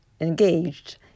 engaged